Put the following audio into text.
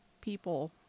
people